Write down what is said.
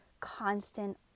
constant